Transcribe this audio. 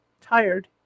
Tired